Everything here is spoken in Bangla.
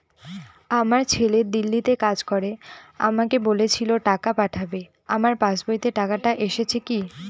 আমার ছেলে দিল্লীতে কাজ করে আমাকে বলেছিল টাকা পাঠাবে আমার পাসবইতে টাকাটা এসেছে কি?